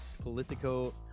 Politico